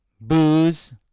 booze